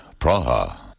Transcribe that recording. Praha